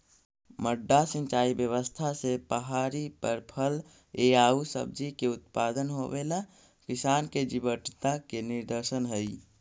मड्डा सिंचाई व्यवस्था से पहाड़ी पर फल एआउ सब्जि के उत्पादन होवेला किसान के जीवटता के निदर्शन हइ